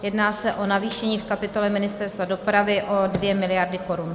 Jedná se o navýšení v kapitole Ministerstva dopravy o 2 miliardy korun.